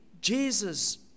Jesus